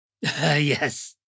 yes